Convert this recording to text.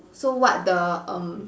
so what the um